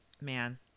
man